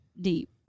deep